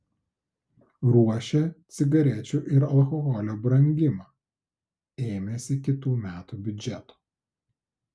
ruošia cigarečių ir alkoholio brangimą ėmėsi kitų metų biudžeto